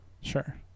sure